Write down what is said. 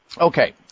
Okay